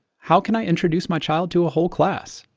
how can i introduce my child to a whole class.